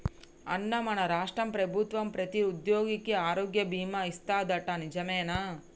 అన్నా మన రాష్ట్ర ప్రభుత్వం ప్రతి ఉద్యోగికి ఆరోగ్య బీమా ఇస్తాదట నిజమేనా